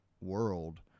world